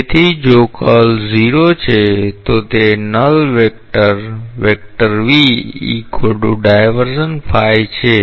તેથી જો કર્લ 0 છે તો તે નલ વેક્ટર છે